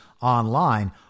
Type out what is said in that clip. online